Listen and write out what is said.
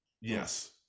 Yes